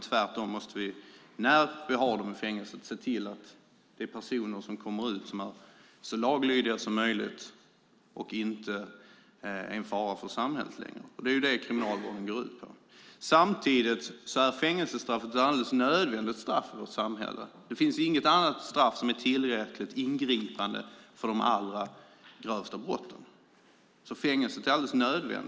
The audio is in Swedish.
Tvärtom måste vi när vi har dem i fängelset se till att de när de kommer ut är så laglydiga som möjligt och inte är en fara för samhället längre. Det är ju detta kriminalvården går ut på. Samtidigt är fängelsestraffet ett alldeles nödvändigt straff i vårt samhälle. Det finns inget annat straff som är tillräckligt ingripande för de allra grövsta brotten.